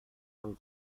yang